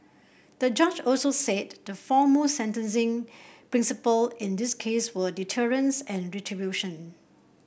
the judge also said the foremost sentencing principle in this case were deterrence and retribution